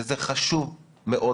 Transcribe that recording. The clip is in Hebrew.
שזה חשוב מאוד,